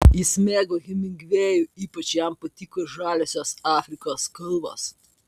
jis mėgo hemingvėjų ypač jam patiko žaliosios afrikos kalvos